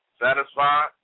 satisfied